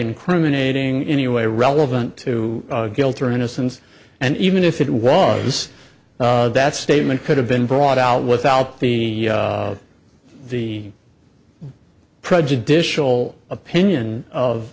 incriminating any way relevant to guilt or innocence and even if it was that statement could have been brought out without the the prejudicial opinion